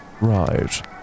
Right